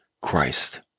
Christ